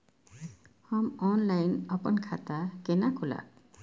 हम ऑनलाइन अपन खाता केना खोलाब?